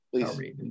Please